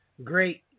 Great